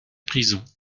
prisons